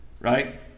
Right